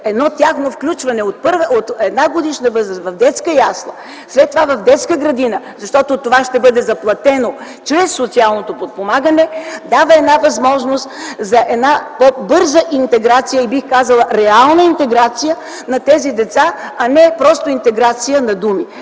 улиците, а оставени от 1-годишна възраст в детска ясла, след това в детска градина, защото това ще бъде заплатено чрез социалното подпомагане, ще даде възможност за по-бърза интеграция, бих казала реална интеграция на тези деца, а не интеграция на думи.